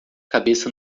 cabeça